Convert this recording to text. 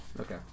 Okay